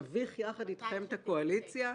נביך יחד אתכם את הקואליציה.